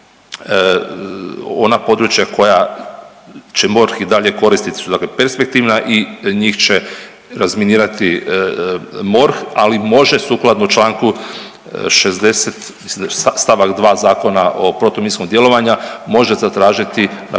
ona područja koja će MORH i dalje koristiti su dakle perspektivna i njih će razminirati MORH, ali može sukladno čl. 60. st. 2. Zakona o protuminskog djelovanja može zatražiti na